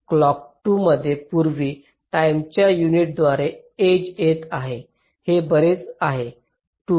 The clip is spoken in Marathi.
क्लॉक 2 मध्ये यापूर्वी टाईमच्या युनिटद्वारे एज येत आहेत हे बरेच आहे 2